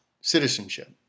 citizenship